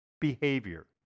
behavior